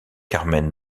carmen